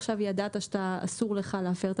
זה לא רק על אדם שעכשיו ידע שאסור לו להפר את